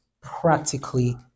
practically